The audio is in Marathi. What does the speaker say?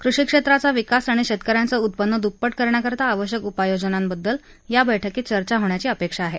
कृषी क्षेत्राचा विकास आणि शेतकऱ्यांचं उत्पन्न दुप्पट करण्याकरता आवश्यक उपाययोजनांबद्दल या बैठकीत चर्चा होण्याची अपेक्षा आहे